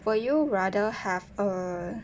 will you rather have a